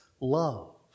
love